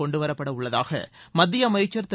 கொண்டுவரப்பட உள்ளதாக மத்திய அமைச்சர் திரு